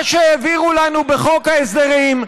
מה שהעבירו לנו בחוק ההסדרים,